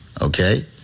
okay